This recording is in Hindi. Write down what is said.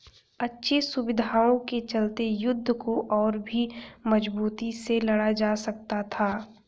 अच्छी सुविधाओं के चलते युद्ध को और भी मजबूती से लड़ा जा सकता था